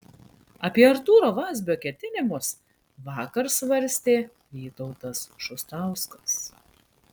apie artūro vazbio ketinimus vakar svarstė vytautas šustauskas